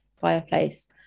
fireplace